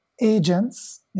agents